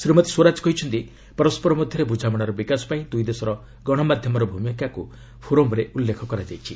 ଶ୍ରୀମତୀ ସ୍ୱରାଜ କହିଛନ୍ତି ପରସ୍କର ମଧ୍ୟରେ ବୁଝାମଣାର ବିକାଶ ପାଇଁ ଦୁଇ ଦେଶର ଗଣମାଧ୍ୟମର ଭୂମିକାକୁ ଫୋରମ୍ରେ ଉଲ୍ଲେଖ କରାଯାଇଛି